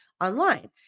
online